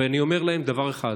ואני אומר להם דבר אחד: